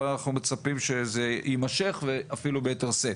אבל אנחנו מצפים שזה יימשך ואפילו ביתר שאת.